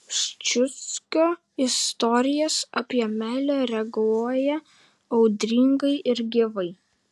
ščiuckio istorijas apie meilę reaguoja audringai ir gyvai